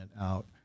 out